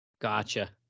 gotcha